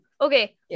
okay